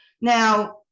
Now